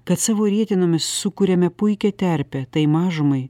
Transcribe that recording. kad savo rietenomis sukuriame puikią terpę tai mažumai